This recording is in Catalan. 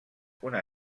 una